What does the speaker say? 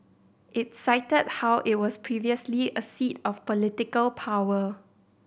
it cited how it was previously a seat of political power